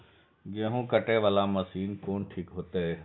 गेहूं कटे वाला मशीन कोन ठीक होते?